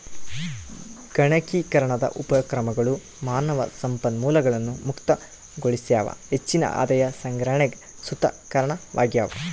ಗಣಕೀಕರಣದ ಉಪಕ್ರಮಗಳು ಮಾನವ ಸಂಪನ್ಮೂಲಗಳನ್ನು ಮುಕ್ತಗೊಳಿಸ್ಯಾವ ಹೆಚ್ಚಿನ ಆದಾಯ ಸಂಗ್ರಹಣೆಗ್ ಸುತ ಕಾರಣವಾಗ್ಯವ